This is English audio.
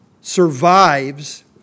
survives